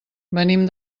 venim